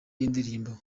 y’indirimbo